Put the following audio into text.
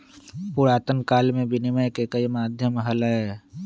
पुरातन काल में विनियम के कई माध्यम हलय